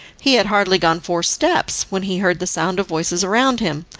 he had hardly gone four steps when he heard the sound of voices around him,